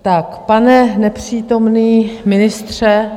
Tak, pane nepřítomný ministře...